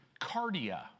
cardia